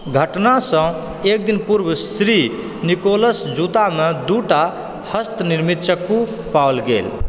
घटनासँ एक दिन पूर्व श्री निकोलसक जूतामे दूटा हस्तनिर्मित चक्कू पाओल गेल